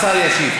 השר ישיב.